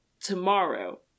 tomorrow